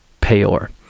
Peor